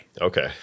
Okay